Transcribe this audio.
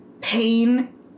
pain